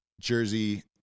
jersey